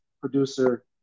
producer